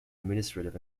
administrative